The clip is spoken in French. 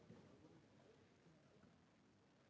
Merci